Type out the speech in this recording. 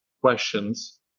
questions